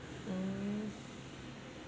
mm